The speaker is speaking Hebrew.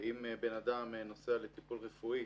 אם בן אדם נוסע לטיפול רפואי,